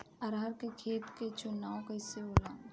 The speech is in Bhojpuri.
अरहर के खेत के चुनाव कइसे होला?